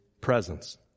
presence